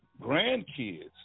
grandkids